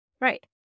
Right